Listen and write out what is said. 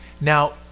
Now